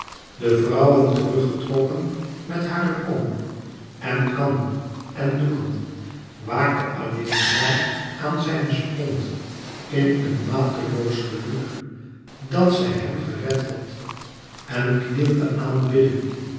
de vrouwen terug getrokken met hare kommen en kannen en doeken waakte alleen zij aan zijne sponde in een mateloos geluk dat zij hem gered had en knielde aanbiddend